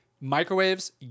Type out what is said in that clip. Microwaves